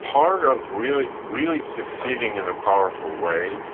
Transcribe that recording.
part of really really succeeding in a powerful way